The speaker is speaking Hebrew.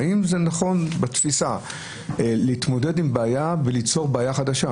האם זה נכון בתפיסה להתמודד עם בעיה וליצור בעיה חדשה?